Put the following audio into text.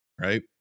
Right